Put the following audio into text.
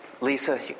Lisa